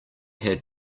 had